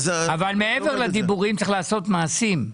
אבל מעבר לדיבורים צריך לעשות מעשים.